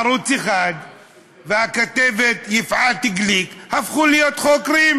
ערוץ 1 והכתבת יפעת גליק הפכו להיות חוקרים.